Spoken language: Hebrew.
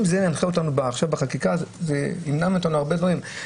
אם זה ינחה אותנו בחקיקה זה ימנע מאיתנו הרבה דברים.